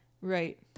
Right